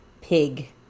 pig